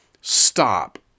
stop